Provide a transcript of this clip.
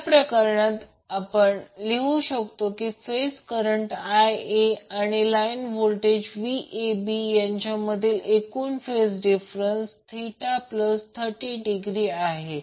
त्या प्रकरणात आपण लिहू शकतो की फेज करंट Ia आणि लाईन व्होल्टेज Vab यामधील एकूण फेज डिफरन्स 30° आहे